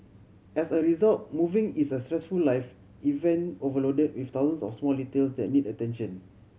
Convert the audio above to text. as a result moving is a stressful life event overloaded with thousands of small details that need attention